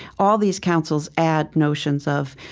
all these councils add notions of,